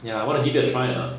ya I wanna give it a try lah